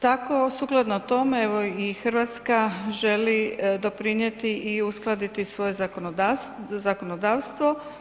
Tako sukladno tome evo i Hrvatska želi doprinijeti i uskladiti svoje zakonodavstvo.